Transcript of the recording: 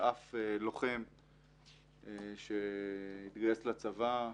שאף אחד לא יסתכל על עברו של לוחם שהתגייס לצבא,